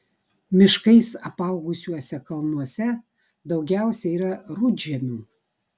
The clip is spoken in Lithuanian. miškais apaugusiuose kalnuose daugiausiai yra rudžemių